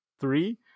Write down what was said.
three